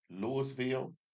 Louisville